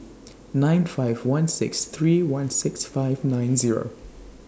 nine five one six three one six five nine Zero